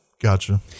gotcha